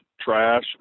trash